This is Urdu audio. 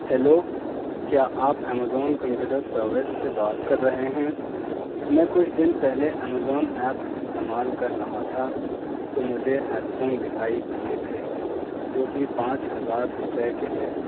ہیلو کیا آپ امازون کمپیوٹر سروس سے بات کر رہے ہیں میں کچھ دن پہلے امازون ایپ استعمال کر رہا تھا تو مجھے ہیڈ فونس دکھائی دیئے تھے جوکہ پانچ ہزار روپئے کے تھے